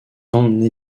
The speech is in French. emmené